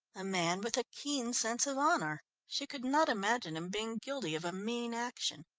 a man with a keen sense of honour. she could not imagine him being guilty of a mean action.